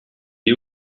est